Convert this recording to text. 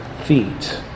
feet